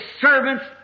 servants